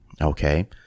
Okay